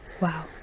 Wow